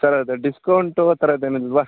sir ಅದು discount ಆ ಥರದ್ ಏನು ಇಲ್ಲವಾ